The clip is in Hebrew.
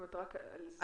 רק היא?